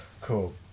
Cool